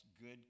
good